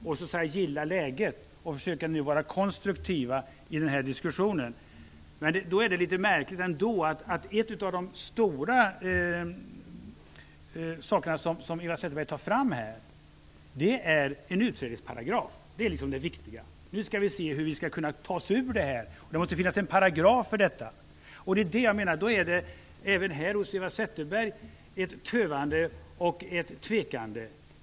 Man försöker gilla läget och vara konstruktiv i den här diskussionen. Ändå är det litet märkligt att en av de stora saker som Eva Zetterberg här håller fram är frågan om en utträdesparagraf. Det är det viktiga - nu skall vi se hur vi kan ta oss ur det här och då måste det finnas en paragraf för detta. Jag menar att det även här när det gäller Eva Zetterberg noteras ett tövande och ett tvekande.